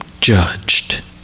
judged